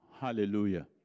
Hallelujah